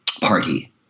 Party